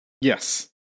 Yes